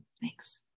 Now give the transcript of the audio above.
Thanks